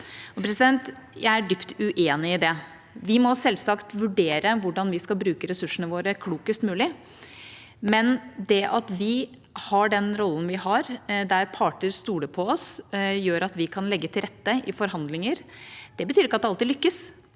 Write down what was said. Jeg er dypt uenig i det. Vi må selvsagt vurdere hvordan vi skal bruke ressursene våre klokest mulig, men det at vi har den rollen vi har, der parter stoler på oss, gjør at vi kan legge til rette i forhandlinger. Det betyr ikke at det alltid lykkes,